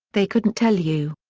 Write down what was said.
they couldn't tell you.